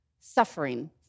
suffering